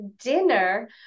dinner